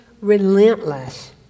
relentless